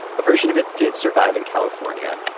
a version of it did survive in california.